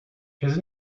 his